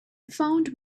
found